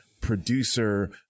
producer